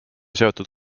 seotud